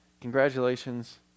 congratulations